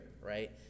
right